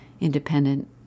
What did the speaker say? independent